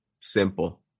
simple